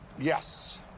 Yes